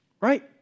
Right